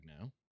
now